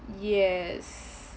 yes